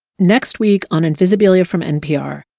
next week on invisibilia from npr,